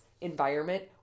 environment